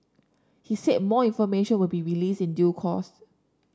he said more information would be released in due course